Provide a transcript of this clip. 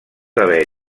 haver